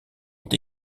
est